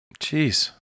Jeez